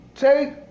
Take